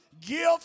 gift